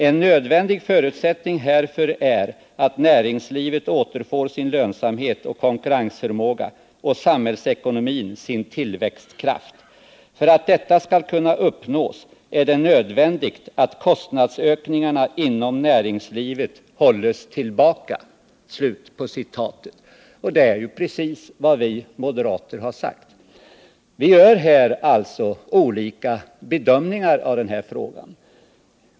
En nödvändig förutsättning härför är att näringslivet återfår sin lönsamhet och konkurrensförmåga och samhällsekonomin sin tillväxtkraft. För att detta skall kunna uppnås är det nödvändigt att kostnadsökningarna inom näringslivet hålles tillbaka.” Det är ju precis vad vi moderater har sagt. Här har det alltså gjorts olika bedömningar.